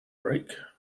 break